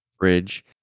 Bridge